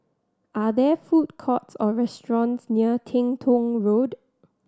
are there food courts or restaurants near Teng Tong Road